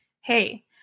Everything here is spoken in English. hey